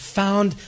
found